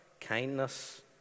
kindness